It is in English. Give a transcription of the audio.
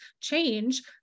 change